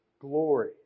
glory